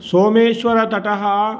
सोमेश्वरतटः